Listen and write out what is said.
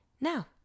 Now